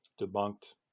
debunked